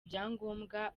ibyangombwa